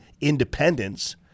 independence